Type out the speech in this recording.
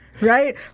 Right